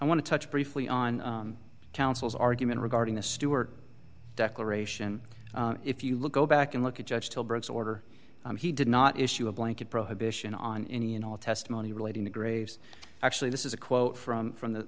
want to touch briefly on counsel's argument regarding the stewart declaration if you look go back and look at judge stillbirths order he did not issue a blanket prohibition on any and all testimony relating to graves actually this is a quote from from the